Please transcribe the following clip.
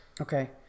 Okay